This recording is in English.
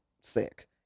sick